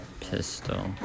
pistol